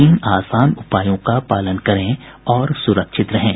तीन आसान उपायों का पालन करें और सुरक्षित रहें